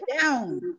down